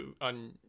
on